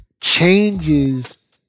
changes